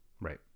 Right